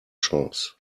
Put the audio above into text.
chance